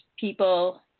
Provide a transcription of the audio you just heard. people